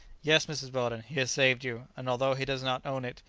yes, mrs. weldon, he has saved you, and although he does not own it,